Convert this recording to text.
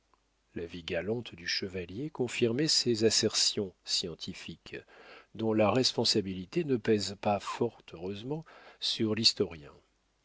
la vie galante du chevalier confirmait ces assertions scientifiques dont la responsabilité ne pèse pas fort heureusement sur l'historien